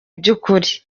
by’ukuri